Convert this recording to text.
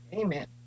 Amen